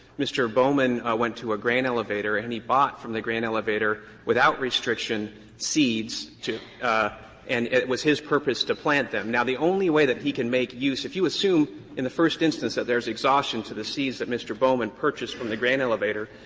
mr. bowman went to a grain elevator and he bought from the grain elevator without restriction seeds to and with his purpose to plant them. now, the only way that he can make use if you assume in the first instance that there is exhaustion to the seeds that mr. bowman purchased from the grain elevator,